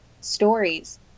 stories